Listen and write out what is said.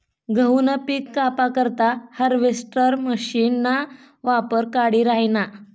गहूनं पिक कापा करता हार्वेस्टर मशीनना वापर वाढी राहिना